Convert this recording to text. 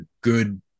good